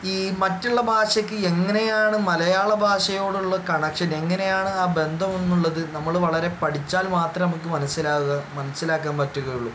ഈ മറ്റുള്ള ഭാഷക്ക് എങ്ങനെയാണ് മലയാള ഭാഷയോടുള്ള കണക്ഷൻ എങ്ങനെയാണ് ആ ബന്ധം എന്നുള്ളത് നമ്മൾ വളരെ പഠിച്ചാൽ മാത്രമേ നമുക്ക് മനസ്സിലാക്കാൻ മനസ്സിലാക്കാൻ പറ്റുകയുള്ളൂ